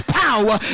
power